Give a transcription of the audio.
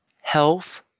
health